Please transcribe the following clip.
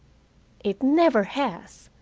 it never has,